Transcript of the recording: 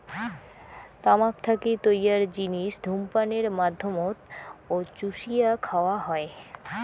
তামাক থাকি তৈয়ার জিনিস ধূমপানের মাধ্যমত ও চুষিয়া খাওয়া হয়